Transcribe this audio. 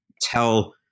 tell